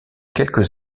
quelques